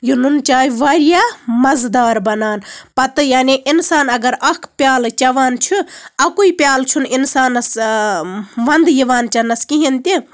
یہِ نُن چاے واریاہ مَزٕ دار بَنان پَتہٕ اِنسان یعنی اکھ پِیالہٕ چٮ۪وان چھُ اَکُے پِیالہٕ چھُنہٕ اِنسانَس ۄندٕ یِوان چٮ۪نَس کِہینۍ تہِ